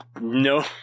No